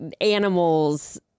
animals